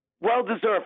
Well-deserved